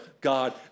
God